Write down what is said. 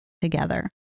together